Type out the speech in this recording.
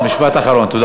תודה